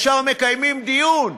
ישר מקיימים דיון.